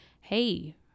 hey